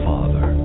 Father